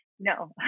No